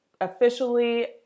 officially